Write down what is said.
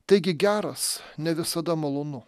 taigi geras ne visada malonu